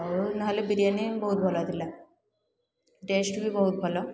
ଆଉ ନହେଲେ ବିରିୟାନୀ ବହୁତ ଭଲଥିଲା ଟେଷ୍ଟ୍ ବି ବହୁତ ଭଲ